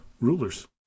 rulers